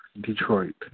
Detroit